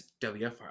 WFR